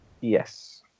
Yes